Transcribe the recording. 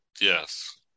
Yes